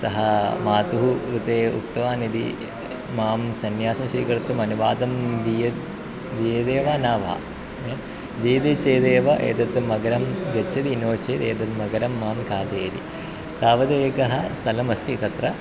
सः मातुः कृते उक्तवान् यदि मां सन्यासं स्वीकर्तुम् अनुवादं दीयते दीयते वा न वा दीयते चेदेव एतत् मकरं गच्छति नो चेत् एतत् मकरं मां खादति तावत् एकः स्थलम् अस्ति तत्र